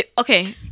Okay